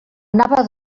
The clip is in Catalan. anava